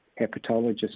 hepatologist